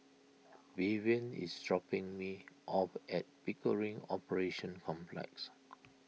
Vivian is dropping me off at Pickering Operations Complex